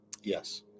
yes